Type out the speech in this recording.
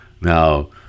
Now